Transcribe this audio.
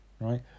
right